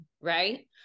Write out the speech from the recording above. right